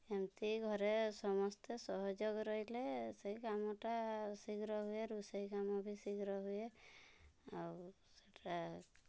ଏମିତି ଘରେ ସମସ୍ତେ ସହଯୋଗ ରହିଲେ ସେଇ କାମଟା ଶୀଘ୍ର ହୁଏ ରୁଷେଇ କାମ ବି ଶୀଘ୍ର ହୁଏ ଆଉ ସେଟା